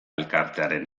elkartearen